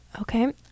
Okay